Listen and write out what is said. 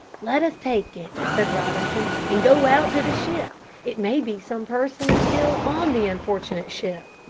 let us take it, said robinson and go out to the ship. it may be some person is still on the unfortunate ship.